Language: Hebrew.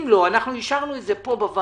אם לא אישרנו את זה פה בוועדה.